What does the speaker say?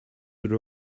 would